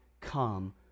come